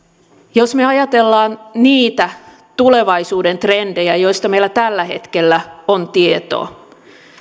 jos me ajattelemme niitä tulevaisuuden trendejä joista meillä tällä hetkellä on tietoa